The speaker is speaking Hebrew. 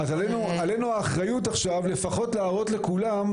-- אז עלינו האחריות עכשיו לפחות להראות לכולם,